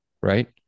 Right